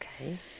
Okay